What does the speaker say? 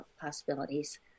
possibilities